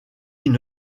une